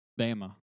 Bama